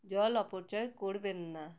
জল অপচয় করবেন না